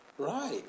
Right